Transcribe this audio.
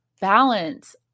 balance